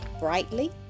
brightly